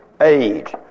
age